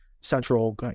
central